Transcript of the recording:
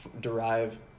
derive